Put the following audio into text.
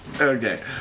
Okay